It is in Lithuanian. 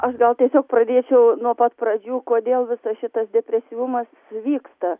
aš gal tiesiog pradėčiau nuo pat pradžių kodėl visas šitas depresyvumas vyksta